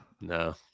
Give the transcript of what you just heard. No